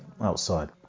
outside